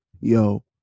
yo